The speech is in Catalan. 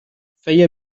feia